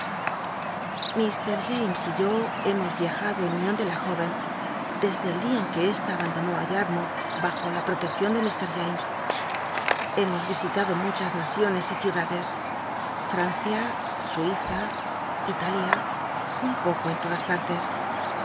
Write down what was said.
james y yo hemos viajado en un ion de la iórcn desde el dia en que esta aband onó ü yarmoulh bajo la prolcccion ele mr james hemos visitado muchas naciones y ciudades francia suiza llalia un poco en todas pa